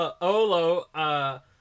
Olo